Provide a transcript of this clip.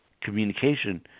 communication